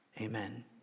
Amen